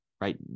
right